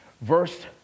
verse